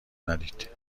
ندید